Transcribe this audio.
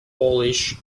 polish